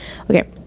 Okay